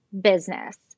business